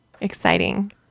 Exciting